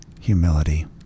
humility